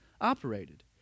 operated